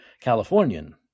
californian